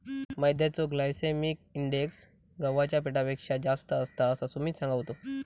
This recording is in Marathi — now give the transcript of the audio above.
मैद्याचो ग्लायसेमिक इंडेक्स गव्हाच्या पिठापेक्षा जास्त असता, असा सुमित सांगा होतो